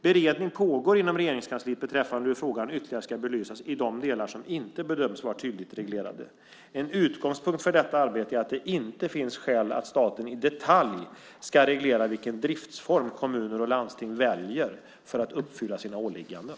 Beredning pågår inom Regeringskansliet beträffande hur frågan ytterligare ska belysas i de delar som inte bedöms vara tydligt reglerade. En utgångspunkt för detta arbete är att det inte finns skäl att staten i detalj ska reglera vilken driftsform kommuner och landsting väljer för att uppfylla sina åligganden.